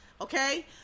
okay